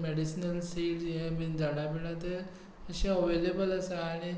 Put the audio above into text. medicinal seeds हें बी झाडां बिडां थंय अवेलेबल आसा आनी